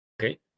Okay